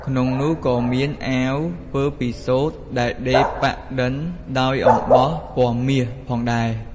ក្នុងនោះក៏៏មានអាវធ្វើពីសូត្រដែលដេរប៉ាក់ឌិនដោយអំបោះពណ៌មាសផងដែរ។